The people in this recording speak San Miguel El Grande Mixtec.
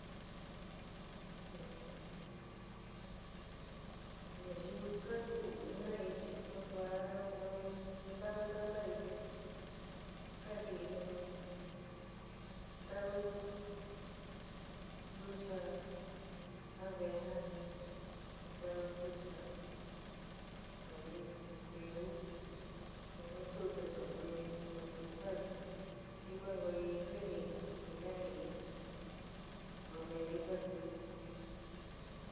Este ñayiu ka kuu jinaii chi nu tua nu io ntau ka sai te ka jii in tau ntucha avena, in tau ntucha toli triu, te nu tu te kuankoyoi hospital xi kuankoyoy clinica te ka nii remediu kakui.